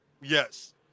Yes